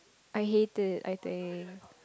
I hate it I think